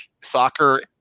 soccer